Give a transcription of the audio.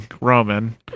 Roman